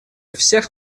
всех